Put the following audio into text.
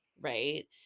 Right